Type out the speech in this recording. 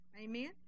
Amen